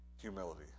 humility